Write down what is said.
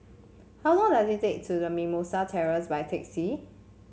how long does it take to Mimosa Terrace by taxi